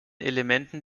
elementen